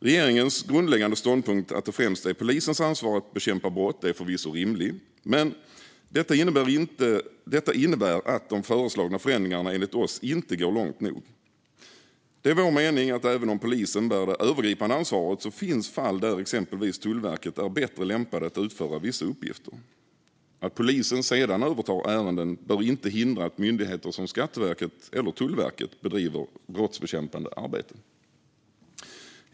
Regeringens grundläggande ståndpunkt att det främst är polisens ansvar att bekämpa brott är förvisso rimlig. Men i det här fallet innebär det enligt oss att de föreslagna förändringarna inte går långt nog. Även om polisen bär det övergripande ansvaret finns det enligt vår mening fall där exempelvis Tullverket är bättre lämpat att utföra vissa uppgifter. Att polisen sedan övertar ärenden bör inte hindra att myndigheter som Skatteverket eller Tullverket bedriver brottsbekämpande arbete.